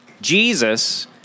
Jesus